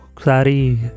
sorry